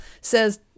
says